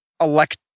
elect